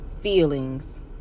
feelings